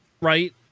right